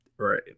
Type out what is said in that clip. Right